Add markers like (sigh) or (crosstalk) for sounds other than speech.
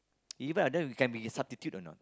(noise) even I don't know you can be substitute or not